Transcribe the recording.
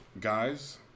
guys